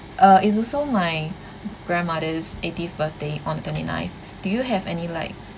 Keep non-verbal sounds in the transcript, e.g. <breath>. uh it's also my <breath> grandmother's eightieth birthday on the twenty ninth do you have any like